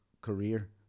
career